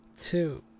two